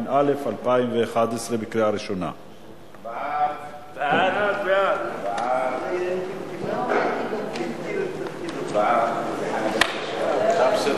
התשע"א 2011. ההצעה להעביר את הצעת חוק בית-הדין לעבודה (תיקון מס'